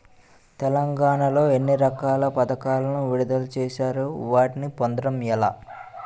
తెలంగాణ లో ఎన్ని రకాల పథకాలను విడుదల చేశారు? వాటిని పొందడం ఎలా?